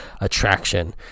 attraction